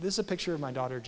this is a picture of my daughter